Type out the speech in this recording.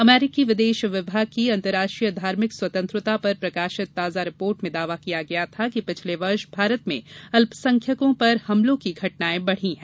अमरीकी विदेश विभाग की अंतर्राष्ट्रीय धार्मिक स्वतंत्रता पर प्रकाशित ताजा रिपोर्ट मे दावा किया गया था कि पिछले वर्ष भारत में अल्पसंख्यकों पर हमलों की घटनायें बढ़ी हैं